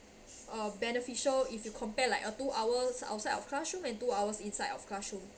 uh beneficial if you compare like a two hours outside of classroom and two hours inside of classroom